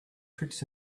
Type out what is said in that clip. tricks